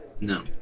No